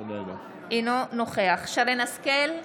אינו נוכח שרן מרים השכל,